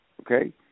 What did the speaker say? Okay